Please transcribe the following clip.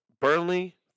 Burnley